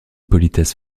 politesse